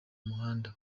muhanda